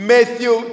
Matthew